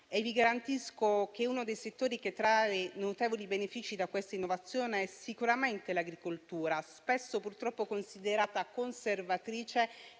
Vi garantisco che uno dei settori che trae notevoli benefici da questa innovazione è sicuramente l'agricoltura, spesso purtroppo considerata conservatrice